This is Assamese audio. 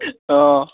অঁ